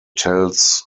tells